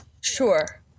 Sure